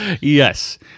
yes